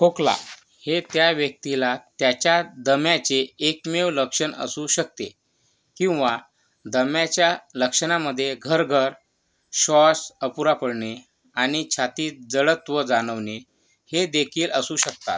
खोकला हे त्या व्यक्तीला त्याच्या दम्याचे एकमेव लक्षण असू शकते किंवा दम्याच्या लक्षणामध्ये घरघर श्वास अपुरा पडणे आणि छातीत जडत्व जाणवणे हीदेखील असू शकतात